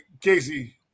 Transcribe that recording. Casey